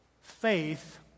Faith